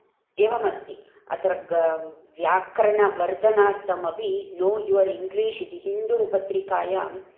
एवमस्ति अत्र व्याकरणवर्धनार्थमपि नो युवर् इङ्लीश् इति हिन्दूपत्रिकायां